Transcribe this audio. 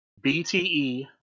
BTE